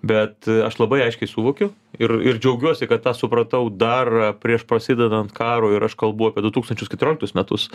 bet aš labai aiškiai suvokiu ir ir džiaugiuosi kad tą supratau dar prieš prasidedant karui ir aš kalbu apie du tūkstančius keturioliktus metus